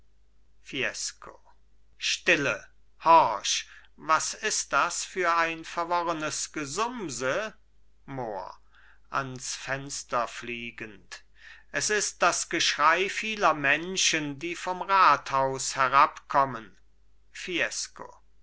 stille horch was ist das für ein verworrenes gesumse mohr ans fenster fliegend es ist das geschrei vieler menschen die vom rathaus herabkommen fiesco